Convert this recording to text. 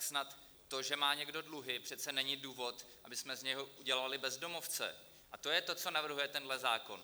Snad to, že má někdo dluhy, přece není důvod, abychom z něho udělali bezdomovce, a to je to, co navrhuje tenhle zákon.